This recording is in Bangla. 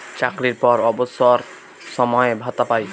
চাকরির পর অবসর সময়ে ভাতা পায়